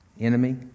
enemy